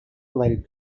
related